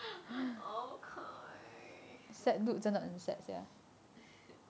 oh